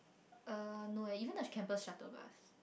er no eh even the campus shuttle bus